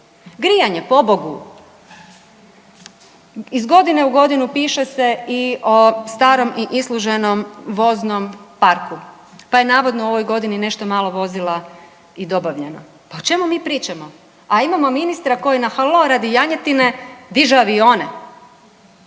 grijanje pobogu! Iz godine u godinu piše se i o starom i isluženom voznom parku, pa je navodno u ovoj godini nešto malo vozila i dobavljeno. Pa o čemu mi pričamo? A imamo ministra koji na halo radi janjetine diže avione.